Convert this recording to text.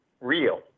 real